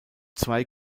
zwei